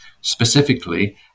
specifically